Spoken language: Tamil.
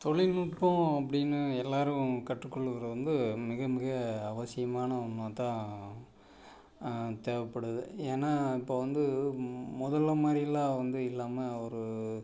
தொழில்நுட்பம் அப்படின்னு எல்லாரும் கற்றுக்கொள்வதில் வந்து மிக மிக அவசியமான ஒன்னாக தான் தேவைப்படுது ஏன்னா இப்போ வந்து முதல்ல மாதிரிலாம் வந்து இல்லாமல் ஒரு